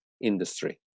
industry